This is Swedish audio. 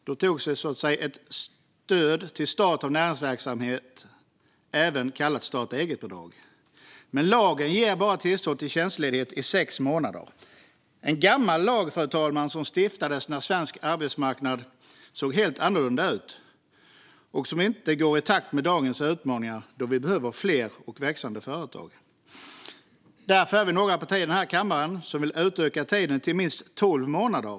Då antogs ett stöd till start av näringsverksamhet, även kallat starta eget-bidrag. Men lagen ger tillstånd till tjänstledighet i bara sex månader. Det är en gammal lag som stiftades när svensk arbetsmarknad såg helt annorlunda ut, och den går inte i takt med dagens utmaningar eftersom vi behöver fler och växande företag. Därför finns några partier i kammaren som vill utöka tiden till minst tolv månader.